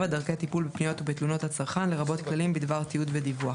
(7)דרכי טיפול בפניות ובתלונות הצרכן לרבות כללים בדבר תיעוד ודיווח.